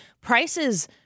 prices